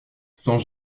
sans